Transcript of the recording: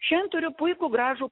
šian turiu puikų gražų